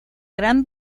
gran